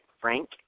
Frank